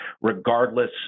regardless